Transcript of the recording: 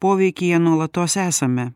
poveikyje nuolatos esame